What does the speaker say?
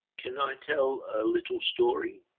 can i tell a little story?